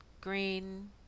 green